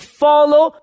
follow